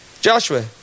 Joshua